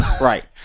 Right